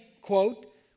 quote